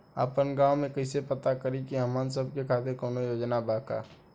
आपन गाँव म कइसे पता करि की हमन सब के खातिर कौनो योजना बा का?